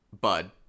Bud